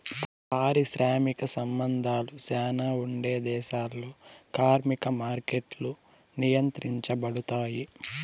పారిశ్రామిక సంబంధాలు శ్యానా ఉండే దేశాల్లో కార్మిక మార్కెట్లు నియంత్రించబడుతాయి